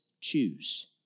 choose